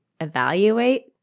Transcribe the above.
evaluate